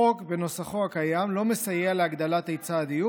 החוק בנוסחו הקיים לא מסייע להגדלת היצע הדיור